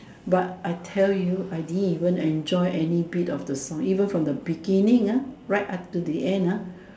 but I tell you I didn't even enjoy any bit of the song even from the beginning ah right until the end ah